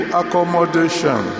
accommodation